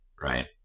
right